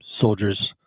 Soldiers